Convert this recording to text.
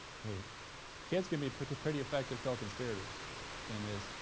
okay? kids can be pretty pretty effective co-conspirators in this,